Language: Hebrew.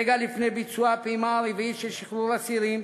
רגע לפני ביצוע הפעימה הרביעית של שחרור אסירים,